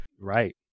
Right